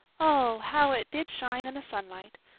oh, how it did shine in the sunlight!